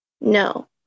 No